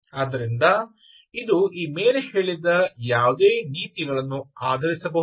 ಆದ್ದರಿಂದ ಇದು ಈ ಮೇಲೆ ಹೇಳಿರುವ ಯಾವುದೇ ನೀತಿಗಳನ್ನು ಆಧರಿಸಿರಬಹುದು